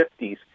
1950s